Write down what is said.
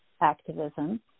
activism